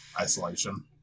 Isolation